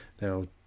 Now